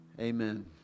Amen